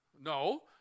No